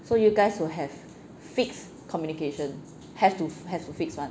so you guys will have fixed communications have to have to fix [one]